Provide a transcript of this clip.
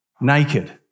naked